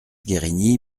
guerini